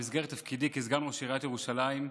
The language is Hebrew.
במסגרת תפקידי כסגן ראש עיריית ירושלים,